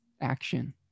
action